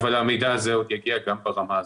המידע הזה עוד יגיע גם לרמה הזאת.